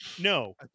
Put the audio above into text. No